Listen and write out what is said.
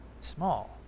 small